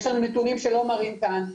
יש לנו נתונים שלא מראים כאן,